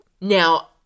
now